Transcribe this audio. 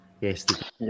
yes